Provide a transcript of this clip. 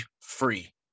free